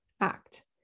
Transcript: act